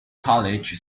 college